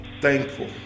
thankful